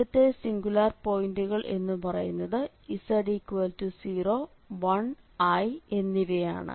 ഇവിടുത്തെ സിംഗുലാർ പോയിന്റുകൾ എന്നു പറയുന്നത് z01i എന്നിവയാണ്